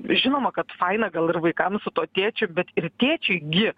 žinoma kad faina gal ir vaikam su tuo tėčiu bet ir tėčiui gi